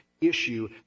issue